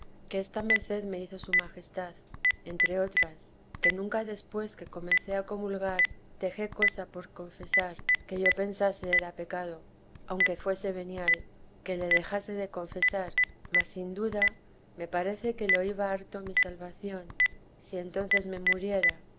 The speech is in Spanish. que esta merced me hizo su majestad entre otras que nunca después que comencé a comulgar dejé cosa por confesar que yo pensase era pecado aunque fuese venial que le dejase de confesar mas sin duda me parece que lo iba harto mi salvación si entonces me muriera